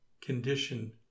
condition